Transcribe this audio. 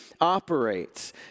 operates